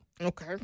Okay